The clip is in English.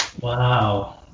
Wow